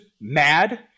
mad